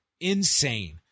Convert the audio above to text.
insane